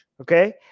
Okay